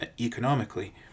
economically